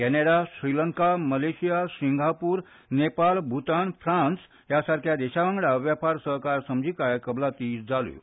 कॅनडा Sri Lanka Malaysia Singapore Nepal Bhutan France ह्या सारक्या देशा वांगडा वेपार सहकार समजीकाय कबलाती जाल्यो